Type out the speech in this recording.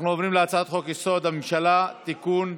אנחנו עוברים להצעת חוק-יסוד: הממשלה (תיקון,